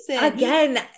Again